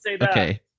Okay